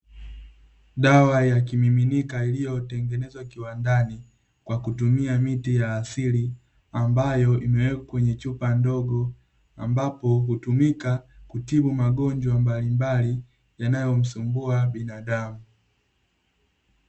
Dawa ya kimiminika iliyotengenezwa kiwandani, kwa kutumia miti ya asili, ambayo imewekwa kwenye chupa ndogo, ambapo hutumika kutibu magonjwa mbalimbali yanayomsumbua binadamu.